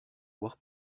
voir